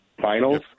finals